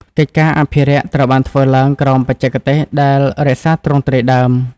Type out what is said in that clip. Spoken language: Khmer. កិច្ចការអភិរក្សត្រូវបានធ្វើឡើងក្រោមបច្ចេកទេស ដែលរក្សាទ្រង់ទ្រាយដើម។